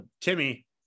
Timmy